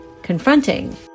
Confronting